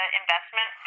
investment